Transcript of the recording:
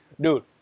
Dude